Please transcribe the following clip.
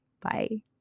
Bye